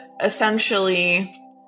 essentially